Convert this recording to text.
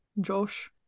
Josh